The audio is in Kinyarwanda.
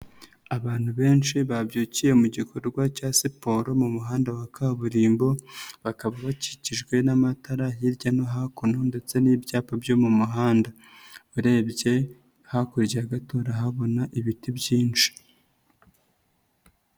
Abantu benshi babyukiye mu gikorwa cya siporo mu muhanda wa kaburimbo, bakaba bakikijwe n'amatara hirya no hakuno ndetse n'ibyapa byo mu muhanda. Urebye hakurya gato urahabona ibiti byinshi.